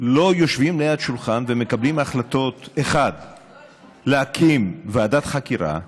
לא יושבים ליד שולחן ומקבלים החלטות: 1. להקים ועדת חקירה חיצונית.